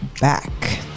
back